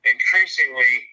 Increasingly